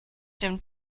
dem